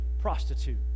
prostitute